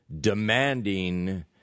demanding